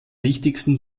wichtigsten